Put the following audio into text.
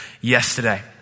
yesterday